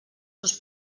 seus